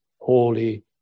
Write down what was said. Holy